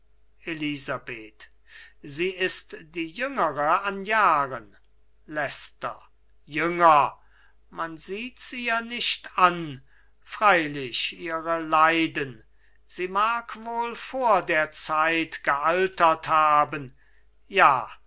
elisabeth sie ist die jüngere an jahren leicester jünger man sieht's ihr nicht an freilich ihre leiden sie mag wohl vor der zeit gealtert haben ja